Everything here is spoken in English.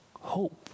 hope